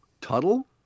Tuttle